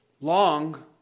long